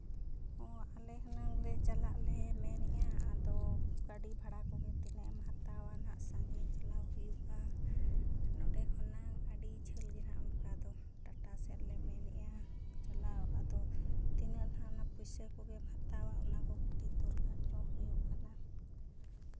ᱚ ᱟᱞᱮ ᱦᱩᱱᱟᱹᱜ ᱞᱮ ᱪᱟᱞᱟᱜ ᱞᱮ ᱢᱮᱱᱮᱜᱼᱟ ᱟᱫᱚ ᱜᱟᱹᱰᱤ ᱵᱷᱟᱲᱟ ᱠᱚᱜᱮ ᱛᱤᱱᱟᱹᱜᱼᱮᱢ ᱦᱟᱛᱟᱣᱟ ᱱᱟᱜ ᱥᱟᱺᱜᱤᱧ ᱪᱟᱞᱟᱣ ᱦᱩᱭᱩᱜᱼᱟ ᱱᱚᱸᱰᱮ ᱠᱷᱚᱱᱟᱜ ᱟᱹᱰᱤ ᱡᱷᱟᱹᱞ ᱜᱮ ᱱᱟᱜ ᱚᱱᱠᱟ ᱫᱚ ᱴᱟᱴᱟ ᱥᱮᱫ ᱞᱮ ᱢᱮᱱᱮᱜᱼᱟ ᱪᱟᱞᱟᱣ ᱟᱫᱚ ᱛᱤᱱᱟᱹᱜ ᱱᱟᱜ ᱚᱱᱟ ᱯᱩᱭᱥᱟᱹ ᱠᱚᱜᱮᱢ ᱦᱟᱛᱟᱣᱟ ᱚᱱᱟ ᱠᱚ ᱠᱟᱹᱴᱤᱡᱽ ᱫᱚᱨᱠᱟᱨ ᱧᱚᱜ ᱦᱩᱭᱩᱜ ᱠᱟᱱᱟ